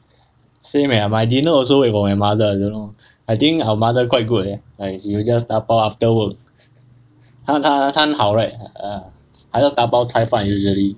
same eh my dinner also wait for my mother I don't know I think our mother quite good leh like she will just dabao after work 她她很好 right err I just dabao cai fan usually